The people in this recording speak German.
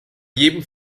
jedem